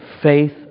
faith